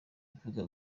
ivuga